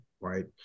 right